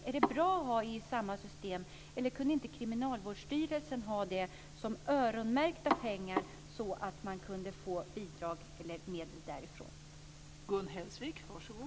Är det bra att ha detta i samma system, eller kunde inte Kriminalvårdsstyrelsen ha dessa pengar som öronmärkta så att man kunde få bidrag eller medel därifrån?